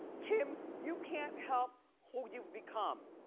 kim, you can't help who you've become.